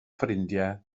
ffrindiau